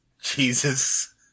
Jesus